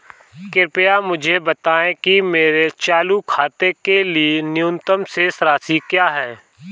कृपया मुझे बताएं कि मेरे चालू खाते के लिए न्यूनतम शेष राशि क्या है?